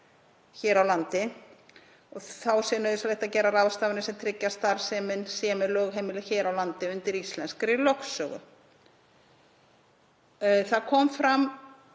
hér á landi. Þá sé nauðsynlegt að gera ráðstafanir sem tryggi að starfsemin sé með lögheimili hér á landi undir íslenskri lögsögu Það kom fram